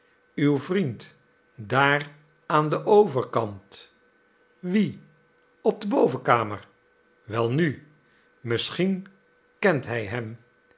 uw vriend daar aan den overkant wie op de bovenkamer welnu misschien kent hij hem